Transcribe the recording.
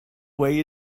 way